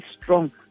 strong